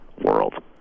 world